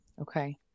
Okay